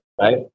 Right